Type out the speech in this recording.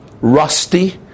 rusty